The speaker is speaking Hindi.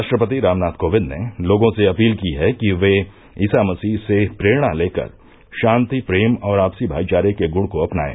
राष्ट्रपति रामनाथ कोविंद ने लोगों से अपील की है कि वे ईसा मसीह से प्रेरणा लेकर शांति प्रेम और आपसी भाई चारे के गुण को अपनाएं